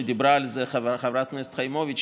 ודיברה על זה חברת הכנסת חיימוביץ',